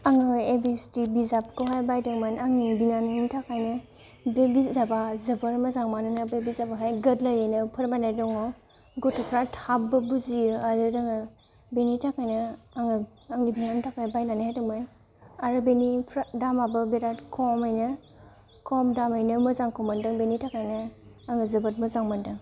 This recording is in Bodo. आङो ए बि सि दि बिजाबखौहाय बायदोंमोन आंनि बिनानावनि थाखायनो बे बिजाबा जोबोर मोजां मानोना बे बिजाबावहाय गोरलैयैनो फोरमायनाय दङ गथ'फ्रा थाबबो बुजियो आरो रोङो बेनि थाखायनो आङो आंनि बिनानावनि थाखाय बायनानै होदोंमोन आरो बेनिफ्राय दामाबो बिराद खमैनो खम दामैनो मोजांखौ मोनदों बेनि थाखायनो आङो जोबोद मोजां मोनदों